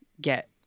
get